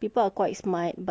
people are quite smart but at the end of the day you are depriving the rest lah